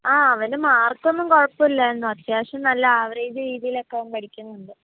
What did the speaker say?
ആ അവന് മാർക്ക് ഒന്നും കുഴപ്പമില്ലായിരുന്നു അത്യാവശ്യം നല്ല ആവറേജ് രീതിയിലൊക്കെ അവൻ പഠിക്കുന്നുണ്ട്